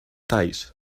talls